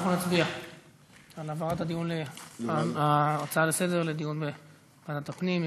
אנחנו נצביע על העברת ההצעה לסדר-היום לדיון בוועדת הפנים.